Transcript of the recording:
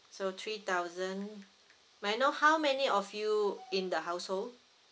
so three thousand may I know how many of you in the household